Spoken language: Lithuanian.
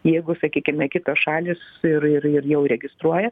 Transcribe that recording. jeigu sakykime kitos šalys ir ir ir jau registruoja